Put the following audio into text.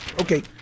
Okay